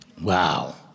Wow